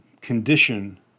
condition